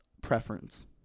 Preference